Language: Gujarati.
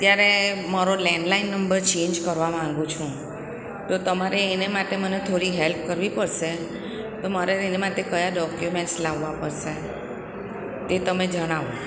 અત્યારે મારો લેન્ડલાઇન નંબર ચેંજ કરવા માંગુ છું તો તમારે એને માટે મને થોડી હેલ્પ કરવી પડશે તો એને માટે કયા ડોક્યુમેન્ટ્સ લાવવા પડશે તે તમે જણાવો